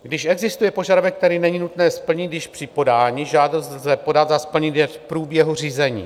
Když existuje požadavek, který není nutné splnit již při podání, žádost lze podat a splnit je v průběhu řízení.